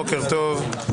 בוקר טוב,